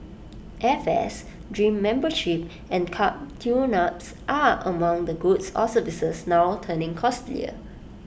airfares gym memberships and car tuneups are among the goods or services now turning costlier